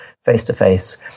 face-to-face